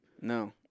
No